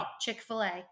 Chick-fil-A